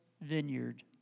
vineyard